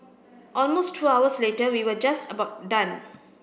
almost two hours later we were just about done